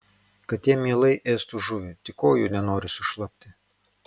katė mielai ėstų žuvį tik kojų nenori sušlapti